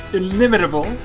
inimitable